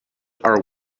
our